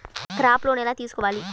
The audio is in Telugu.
క్రాప్ లోన్ ఎలా తీసుకోవాలి?